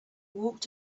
walked